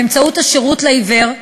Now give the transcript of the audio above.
באמצעות השירות לעיוור,